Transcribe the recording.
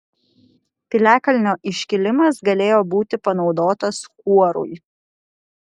piliakalnio iškilimas galėjo būti panaudotas kuorui